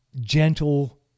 gentle